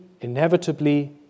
inevitably